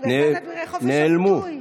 אלקים השחיתו התעיבו עלילה אין עשה טוב".